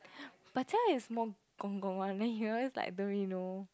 but jia-yu is more gong gong one then he always like don't really know